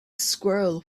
squirrel